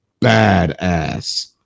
badass